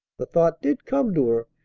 the thought did come to her.